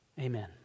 Amen